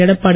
Edappadi